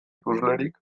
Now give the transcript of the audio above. ikuslerik